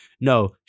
No